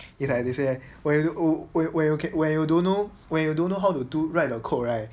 it's like they say where you oh where you get when you don't know where you don't know how to do write the code right